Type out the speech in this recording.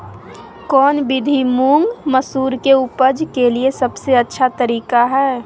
कौन विधि मुंग, मसूर के उपज के लिए सबसे अच्छा तरीका है?